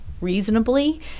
reasonably